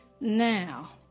now